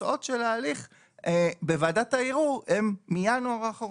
והתוצאות של ההליך בוועדת הערעור הן מינואר האחרון.